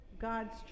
God's